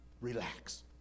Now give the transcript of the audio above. relax